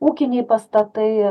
ūkiniai pastatai